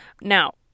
Now